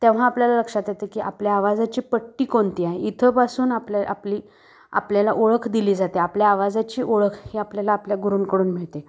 तेव्हा आपल्याला लक्षात येते की आपल्या आवाजाची पट्टी कोणती आहे इथंपासून आपल्या आपली आपल्याला ओळख दिली जाते आपल्या आवाजाची ओळख ही आपल्याला आपल्या गुरुंकडून मिळते